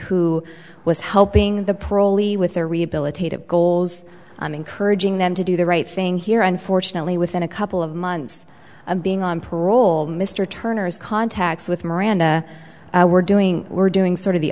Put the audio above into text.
who was helping the proly with their rehabilitative goals i'm encouraging them to do the right thing here unfortunately within a couple of months of being on parole mr turner's contacts with miranda we're doing we're doing sort of the